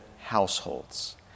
households